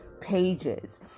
pages